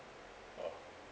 oh